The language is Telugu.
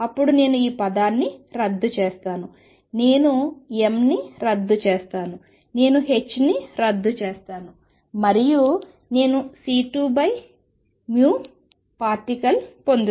అప్పుడు నేను ఈ పదాన్ని రద్దు చేస్తాను నేను mని రద్దు చేస్తాను నేను hని రద్దు చేస్తాను మరియు నేను c2vparticle పొందుతాను